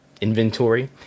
inventory